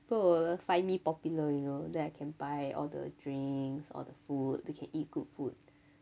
people will find me popular you know then I can buy all the drinks all the food they can eat good food